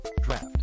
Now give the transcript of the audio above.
Draft